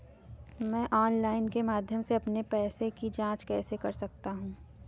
मैं ऑनलाइन के माध्यम से अपने पैसे की जाँच कैसे कर सकता हूँ?